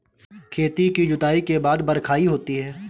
खेती की जुताई के बाद बख्राई होती हैं?